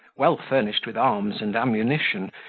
well furnished with arms and ammunition,